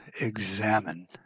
examine